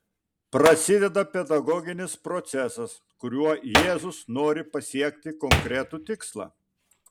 prasideda pedagoginis procesas kuriuo jėzus nori pasiekti konkretų tikslą